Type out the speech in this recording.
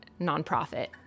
nonprofit